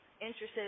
interested